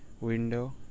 window